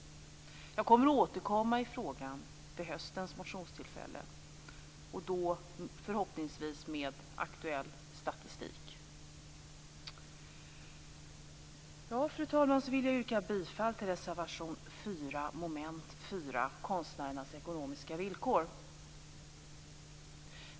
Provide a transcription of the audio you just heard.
Jag kommer att återkomma i den frågan vid höstens motionstillfälle, och då förhoppningsvis med aktuell statistik. Fru talman! Jag vill också yrka bifall till reservation 4 under mom. 4 Konstnärernas ekonomiska villkor.